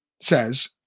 says